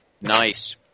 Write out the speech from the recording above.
Nice